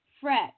fret